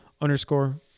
underscore